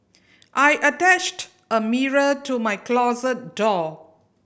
I attached a mirror to my closet door